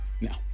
no